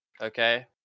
Okay